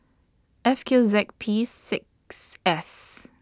F Q Z P six S